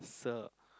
so